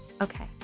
Okay